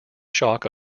shock